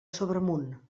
sobremunt